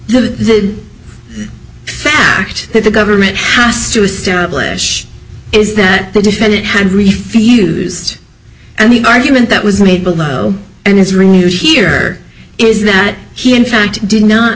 the fact that the government has to establish is that the defendant had really feel used and the argument that was made below and is renewed here is that he in fact did not